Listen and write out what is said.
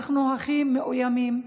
אנחנו הכי מאוימים.